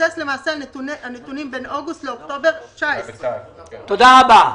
שהתבסס על נתונים בין אוגוסט לאוקטובר 2019. תודה רבה.